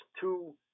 two